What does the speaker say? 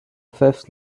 fifth